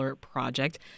project